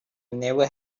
never